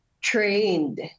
trained